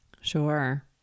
Sure